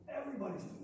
everybody's